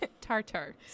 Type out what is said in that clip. Tartar